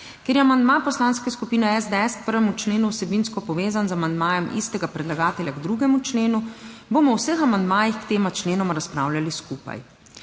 Ker je amandma Poslanske skupine SDS k 1. členu vsebinsko povezan z amandmajem istega predlagatelja k 2. členu, bomo o vseh amandmajih k tema členoma razpravljali skupaj.